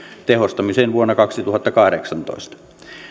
tehostamiseen vuonna kaksituhattakahdeksantoista